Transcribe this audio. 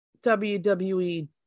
WWE